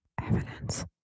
Evidence